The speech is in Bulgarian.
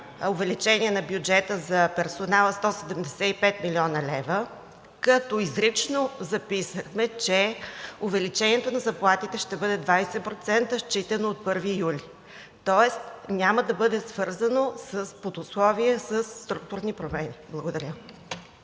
увеличение на бюджета за персонала 175 млн. лв., като изрично записахме, че увеличението на заплатите ще бъде 20% считано от 1 юли, тоест няма да бъде свързано под условие със структурни промени. Благодаря.